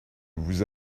vous